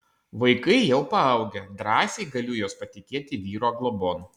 vaikai jau paaugę drąsiai galiu juos patikėti vyro globon